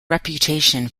reputation